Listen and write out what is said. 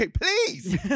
Please